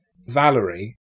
Valerie